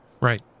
Right